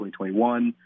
2021